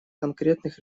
конкретных